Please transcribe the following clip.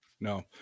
No